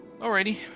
Alrighty